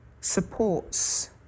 supports